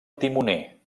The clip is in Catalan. timoner